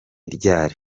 ryari